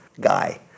guy